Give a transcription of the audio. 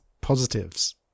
positives